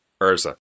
Urza